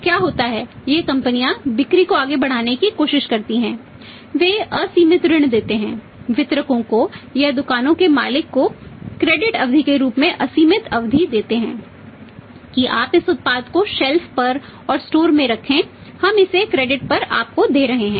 तो क्या होता है ये कंपनियां बिक्री को आगे बढ़ाने की कोशिश करती हैं वे असीमित ऋण देते हैं वितरकों को या दुकानों के मालिकों को क्रेडिट पर आपको दे रहे हैं